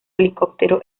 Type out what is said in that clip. helicóptero